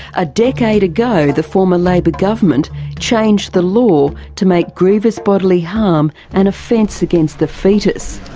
a decade ago the former labor government changed the law to make grievous bodily harm an offence against the foetus.